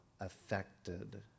affected